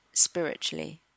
spiritually